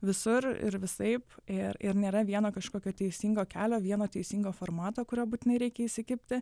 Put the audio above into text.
visur ir visaip ir ir nėra vieno kažkokio teisingo kelio vieno teisingo formato kuriuo būtinai reikia įsikibti